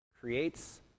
creates